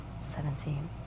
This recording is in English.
Seventeen